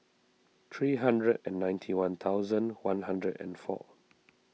three hundred and ninety one thousand one hundred and four